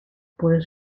puede